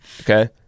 Okay